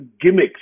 gimmicks